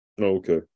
okay